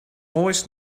always